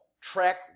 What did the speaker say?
Track